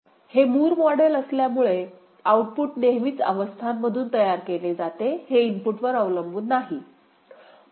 हे Moore model असल्यामुळे output नेहमीच अवस्थांमधून तयार केले जाते हे इनपुटवर अवलंबून नाही